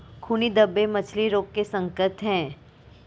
खूनी धब्बे मछली रोग के संकेत हैं